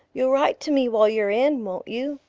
you'll write to me while you're in, won't you?